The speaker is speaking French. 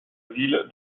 ville